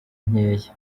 nkeya